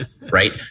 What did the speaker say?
Right